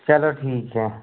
चलो ठीक है